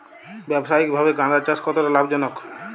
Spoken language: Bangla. ব্যবসায়িকভাবে গাঁদার চাষ কতটা লাভজনক?